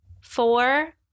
four